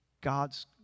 God's